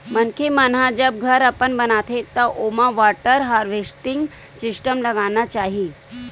मनखे मन ह जब घर अपन बनाथे त ओमा वाटर हारवेस्टिंग सिस्टम लगाना चाही